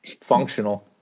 functional